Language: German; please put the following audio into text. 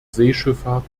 seeschifffahrt